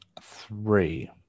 Three